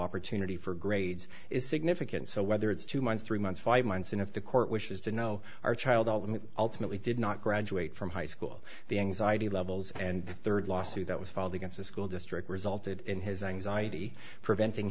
opportunity for grades is significant so whether it's two months three months five months and if the court wishes to know our child although ultimately did not graduate from high school the anxiety levels and third lawsuit that was filed against the school district resulted in his anxiety preventing